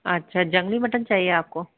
अच्छा जंगली मटन चाहिए आपको